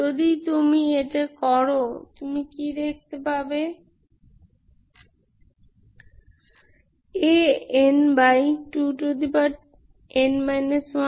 যদি তুমি এটা করো তুমি কি দেখতে পাবে An2n 1n